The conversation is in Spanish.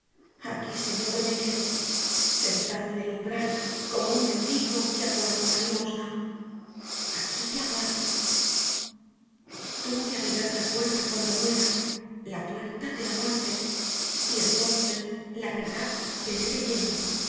aquí señor me quedo sentado en el umbral como un mendigo que aguarda una limosna aquí te aguardo tú me abrirás la puerta cuando muera la puerta de la muerte y entonces la verdad veré de lleno